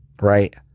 right